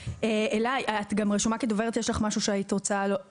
אלה, יש משהו שהיית רוצה להוסיף?